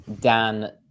dan